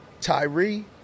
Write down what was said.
tyree